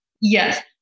Yes